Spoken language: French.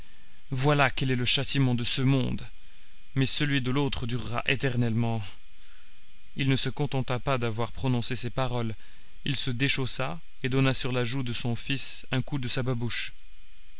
voilà quel est le châtiment de ce monde mais celui de l'autre durera éternellement il ne se contenta pas d'avoir prononcé ces paroles il se déchaussa et donna sur la joue de son fils un coup de sa babouche